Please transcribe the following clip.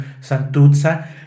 Santuzza